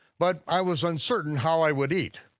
but i was uncertain how i would eat.